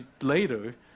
later